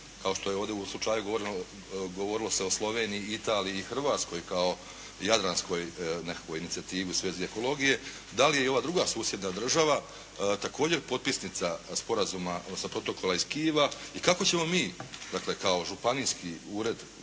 kao što je ovdje u slučaju govorilo se o Sloveniji, Italiji i Hrvatskoj kao jadranskoj nekakvoj inicijativi u svezi ekologije, da li je i ova druga susjedna država također potpisnica sporazuma, odnosno protokola iz Kijeva i kako ćemo mi, dakle kao županijski ured